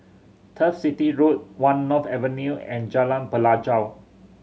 Turf City Road One North Avenue and Jalan Pelajau